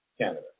Canada